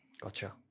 Gotcha